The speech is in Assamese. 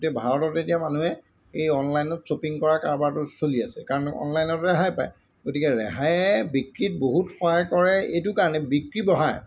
গতিকে ভাৰতত এতিয়া মানুহে এই অনলাইনত শ্বপিং কৰা কাৰোবাৰটো চলি আছে কাৰণ অনলাইনত ৰেহাই পায় গতিকে ৰেহায়ে বিক্ৰীত বহুত সহায় কৰে এইটো কাৰণে বিক্ৰী বঢ়ায়